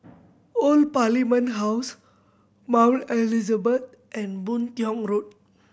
Old Parliament House Mount Elizabeth and Boon Tiong Road